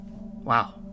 wow